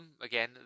again